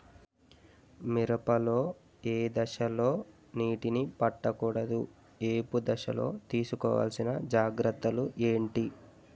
మిరప లో ఏ దశలో నీటినీ పట్టకూడదు? ఏపు దశలో తీసుకోవాల్సిన జాగ్రత్తలు ఏంటి?